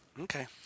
Okay